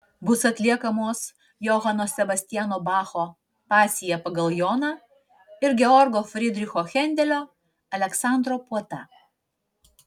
bus atliekamos johano sebastiano bacho pasija pagal joną ir georgo fridricho hendelio aleksandro puota